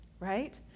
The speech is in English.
right